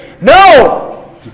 No